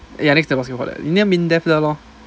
next to the basketball there near MINDEF there lor